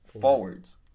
forwards